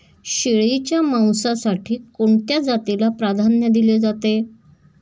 शेळीच्या मांसासाठी कोणत्या जातीला प्राधान्य दिले जाते?